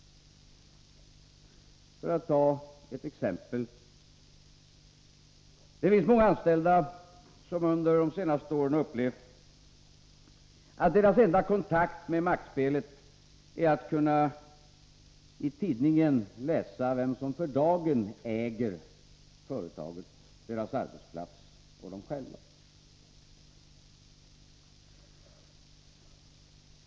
För att ta ett exempel! Det finns många anställda som under de senaste åren upplevt att deras enda kontakt med maktspelet är att de i tidningarna kan läsa vem som för dagen äger företaget, deras arbetsplats och dem själva.